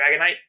Dragonite